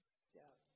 step